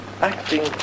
acting